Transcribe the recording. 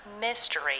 mystery